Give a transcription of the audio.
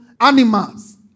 animals